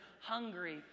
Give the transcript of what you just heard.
hungry